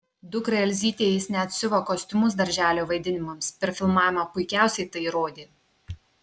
dukrai elzytei jis net siuva kostiumus darželio vaidinimams per filmavimą puikiausiai tai įrodė